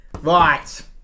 Right